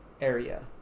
area